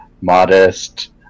modest